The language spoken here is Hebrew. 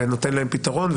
ונותן להם פתרון.